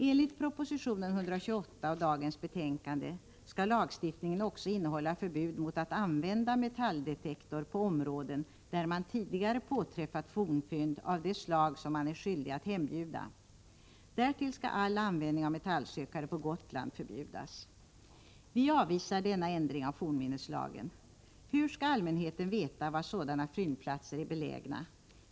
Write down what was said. Enligt proposition 128 och kulturutskottets betänkande 15 skall lagstiftningen också innehålla förbud mot att använda metalldetektor på områden där det tidigare påträffats fornfynd av det slag som man är skyldig att hembjuda. Därtill skall all användning av metallsökare på Gotland förbjudas. Vi avvisar denna ändring av fornminneslagen. Hur skall allmänheten veta var sådana fyndplatser är belägna?